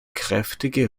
kräftige